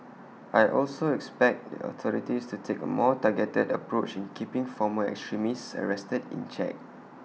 I also expect the authorities to take A more targeted approach in keeping former extremists arrested in check